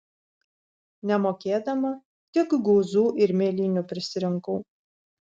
nemokėdama tik guzų ir mėlynių prisirinkau